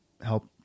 help